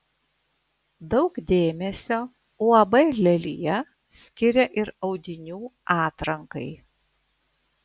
daug dėmesio uab lelija skiria ir audinių atrankai